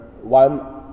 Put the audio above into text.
one